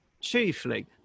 chiefly